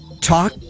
talk